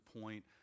point